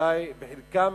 אולי בחלקן